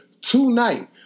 tonight